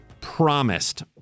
promised